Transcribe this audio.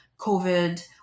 COVID